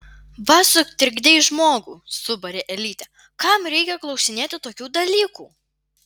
va sutrikdei žmogų subarė elytė kam reikia klausinėti tokių dalykų